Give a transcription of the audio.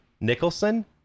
Nicholson